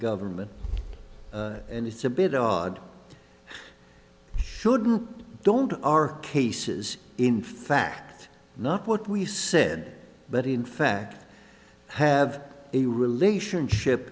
government and it's a bit odd shouldn't don't our cases in fact not what we said but in fact have a relationship